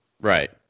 Right